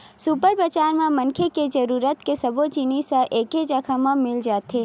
super बजार म मनखे के जरूरत के सब्बो जिनिस ह एके जघा म मिल जाथे